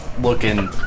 looking